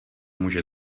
může